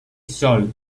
sol